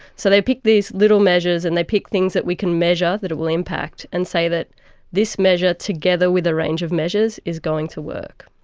so they pick these little measures and they pick things that we can measure that it will impact and say that this measure, together with a range of measures, is going to work.